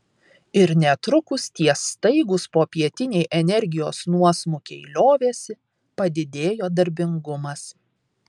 ir netrukus tie staigūs popietiniai energijos nuosmukiai liovėsi padidėjo darbingumas